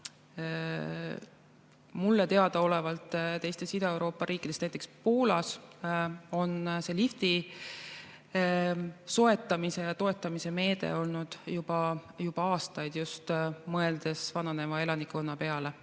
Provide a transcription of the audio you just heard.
Mulle teadaolevalt teistes Ida-Euroopa riikides, näiteks Poolas, on see lifti paigaldamise toetamise meede olnud juba aastaid, seda just mõeldes vananeva elanikkonna peale.